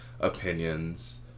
opinions